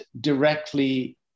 directly